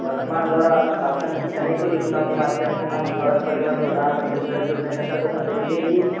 वर्तमान द्वारा शासन की अनेकों योजनाओं के माध्यम से हम सड़क परिवहन प्रधानमंत्री सड़क योजना के अंतर्गत हम देखते हैं कि